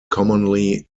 commonly